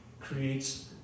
creates